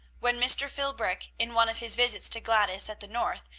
when mr. philbrick, in one of his visits to gladys at the north,